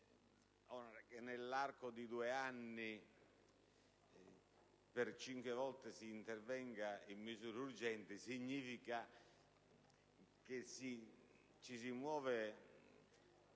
che, nell'arco di due anni, per cinque volte si intervenga con misure urgenti significa che ci si muove